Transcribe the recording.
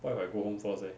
what if I go home first leh